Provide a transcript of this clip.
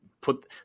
put